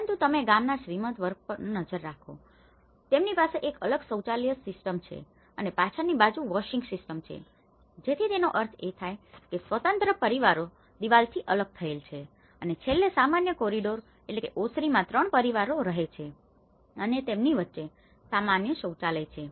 પરંતુ તમે ગામના શ્રીમંત વર્ગ પર નજર નાખો તેમની પાસે એક અલગ શૌચાલય સિસ્ટમ છે અને પાછળની બાજુ વોશિંગ સિસ્ટમ છે જેથી તેનો અર્થ એ થાય છે કે સ્વતંત્ર પરિવારો દિવાલથી અલગ થયેલ છે અને છેલ્લે સામાન્ય કોરિડોરcorridorsઓસરીમાં 3 પરિવારો આ રીતે રહે છે અને તેમની વચ્ચે સામાન્ય શૌચાલય છે